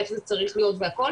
איך זה צריך להיות והכול.